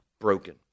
broken